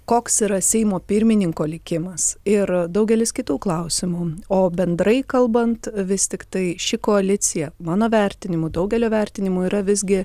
koks yra seimo pirmininko likimas ir daugelis kitų klausimų o bendrai kalbant vis tiktai ši koalicija mano vertinimu daugelio vertinimu yra visgi